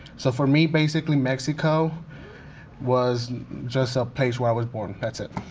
so for me, basically, mexico was just a place where i was born, that's it.